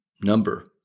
number